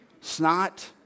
snot